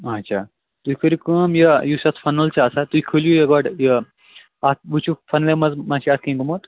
اَچھا تُہۍ کٔرِو کٲم یہِ یُس اَتھ فَنَل چھِ آسان تُہۍ کھوٗلِو یہِ گۄڈٕ یہِ اَتھ وُچھِو فَنلہِ منٛز ما چھُ اَتھ کیٚنٛہہ گوٚمُت